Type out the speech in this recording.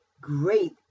great